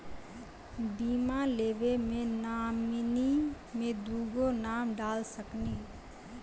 बीमा लेवे मे नॉमिनी मे दुगो नाम डाल सकनी?